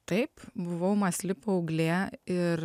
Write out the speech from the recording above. taip buvau mąsli paauglė ir